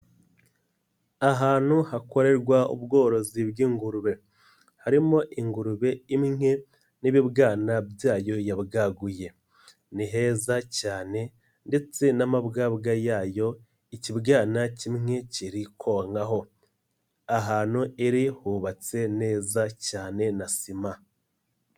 Ahantu hakorerwa ubworozi bw'ingurube, harimo ingurube in imwe n'ibibwana byayo yabwaguye, ni heza cyane ndetse n'amabwabwa yayo ikibwana kimwe kiri konkaho, ahantu iri hubatse neza cyane na sima.